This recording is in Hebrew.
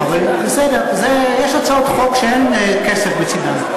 בסדר, יש הצעות חוק שאין כסף בצדן.